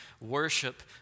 worship